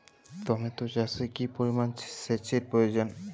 Tomato চাষে কি পরিমান সেচের প্রয়োজন?